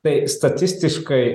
tai statistiškai